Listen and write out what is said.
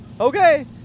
okay